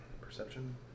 Perception